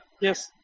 Yes